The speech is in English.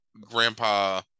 Grandpa